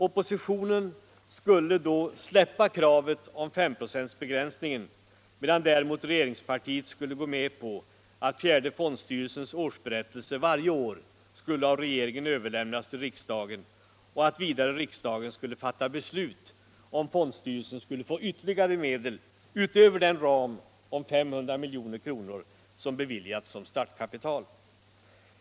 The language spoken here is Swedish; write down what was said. Oppositionen skulle då släppa kravet på S-procentsbegränsningen, medan däremot regeringspartiet skulle gå med på att fjärde fondstyrelsens årsberättelse varje år skulle av regeringen överlämnas till riksdagen och vidare att riksdagen skulle fatta beslut om fondstyrelsen skulle få ytterligare medel utöver den ram om 500 milj.kr. som beviljats som startkapital.